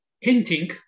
hinting